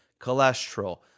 cholesterol